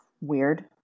weird